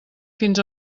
fins